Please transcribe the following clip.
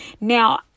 now